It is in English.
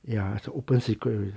ya it's a open secret already